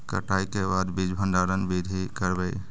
कटाई के बाद बीज भंडारन बीधी करबय?